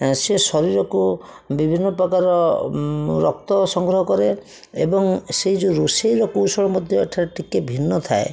ଏଁ ସେ ଶରୀରକୁ ବିଭିନ୍ନ ପ୍ରକାର ରକ୍ତ ସଂଗ୍ରହ କରେ ଏବଂ ସେ ଯେଉଁ ରୋଷେଇର କୌଶଳ ମଧ୍ୟ ଏଠାରେ ଟିକିଏ ଭିନ୍ନ ଥାଏ